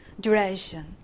duration